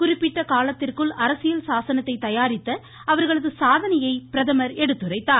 குறிப்பிட்ட காலத்திற்குள் அரசியல் சாசனத்தை தயாரித்த அவர்களது சாதனையை பிரதமர் எடுத்துரைத்தார்